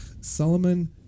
Solomon